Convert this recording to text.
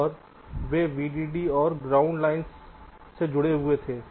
और वे VDD और ग्राउंड से जुड़े थे